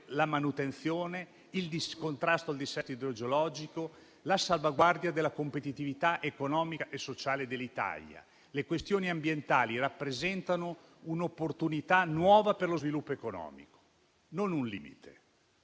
la manutenzione, il contrasto al dissesto idrogeologico e la salvaguardia della competitività economica e sociale dell'Italia. Le questioni ambientali rappresentano un'opportunità nuova per lo sviluppo economico, non un limite.